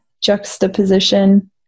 juxtaposition